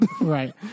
Right